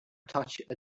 touched